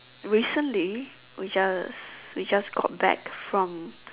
recently we just we just got back from